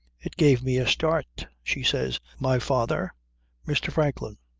it gave me a start. she says my father mr. franklin.